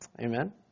Amen